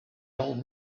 old